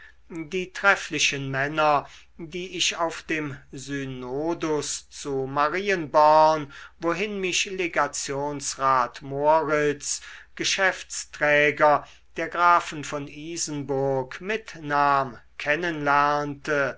die trefflichen männer die ich auf dem synodus zu marienborn wohin mich legationsrat moritz geschäftsträger der grafen von isenburg mitnahm